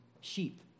sheep